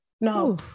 No